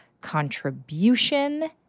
contribution